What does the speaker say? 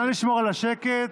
נא לשמור על השקט,